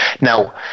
Now